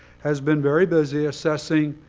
has been very busy assessing